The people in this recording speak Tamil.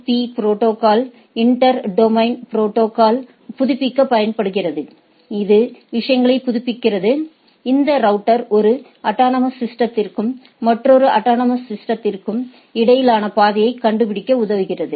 பீ புரோட்டோகால் இன்டர் டொமைன் ரூட்டிங் ப்ரோடோகால்ஸ்களால் புதுப்பிக்க படுகிறது இது விஷயங்களை புதுப்பிக்கிறது இந்த ரவுட்டர் ஒரு அட்டானமஸ் சிஸ்டதிற்க்கும் மற்றொரு அட்டானமஸ் சிஸ்டதிற்க்கும் இடையிலான பாதையை கண்டுபிடிக்க உதவுகிறது